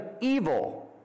evil